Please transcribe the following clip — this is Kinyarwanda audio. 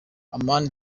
amani